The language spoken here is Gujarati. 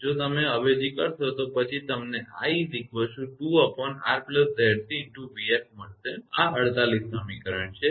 જો તમે અવેજી કરશો તો પછી તમને 𝑖 2𝑅𝑍𝑐𝑉𝑓 મળશે આ સમીકરણ 48 છે